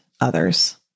others